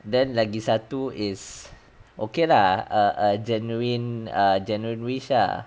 then lagi satu is okay lah a a genuine err general wish ah